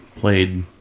played